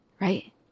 Right